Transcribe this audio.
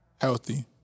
Healthy